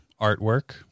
artwork